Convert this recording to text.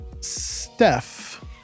Steph